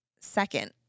second